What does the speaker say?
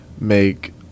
make